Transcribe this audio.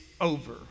over